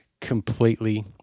completely